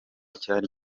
cyari